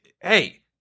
Hey